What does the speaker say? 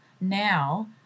now